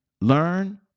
Learn